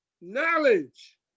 knowledge